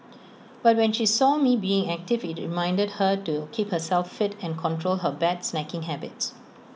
but when she saw me being active IT reminded her to keep herself fit and control her bad snacking habits